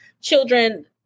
children